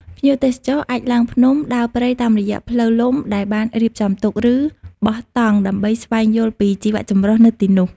ភ្ញៀវទេសចរអាចឡើងភ្នំ ដើរព្រៃតាមរយៈផ្លូវលំដែលបានរៀបចំទុក ឬបោះតង់ដើម្បីស្វែងយល់ពីជីវៈចម្រុះនៅទីនោះ។